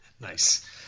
Nice